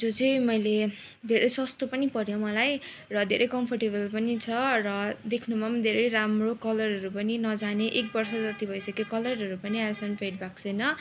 जो चाहिँ मैले धेरै सस्तो पनि पऱ्यो मलाई र धेरै कम्फोर्टेबल पनि छ र देख्नुमा पनि धेरै राम्रो कलरहरू पनि नजाने एक वर्ष जति भइसक्यो कलरहरू पनि अहिलेसम्म फेड भएको छैन